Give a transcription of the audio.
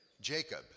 Jacob